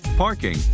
parking